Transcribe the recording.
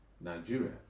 Nigeria